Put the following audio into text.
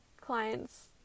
clients